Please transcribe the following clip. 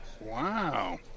Wow